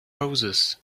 roses